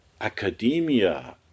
academia